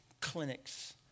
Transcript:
clinics